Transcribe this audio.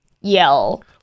yell